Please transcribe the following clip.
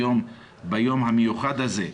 היום, ביום המיוחד הזה,